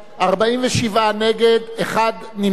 47 נגד, אחד נמנע.